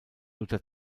luther